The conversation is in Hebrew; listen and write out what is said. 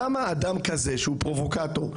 למה אדם כזה שהוא פרובוקטור,